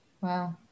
Wow